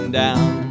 down